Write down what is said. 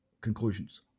Conclusions